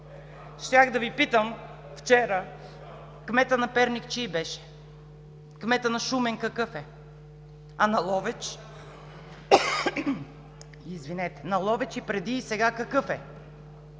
Щях да Ви питам вчера кметът на Перник чий беше? Кметът на Шумен какъв е? А на Ловеч – и преди и сега – какъв е?